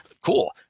cool